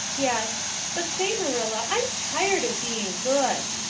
yes but say, marilla, i'm tired of being good.